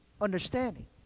understanding